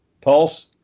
Pulse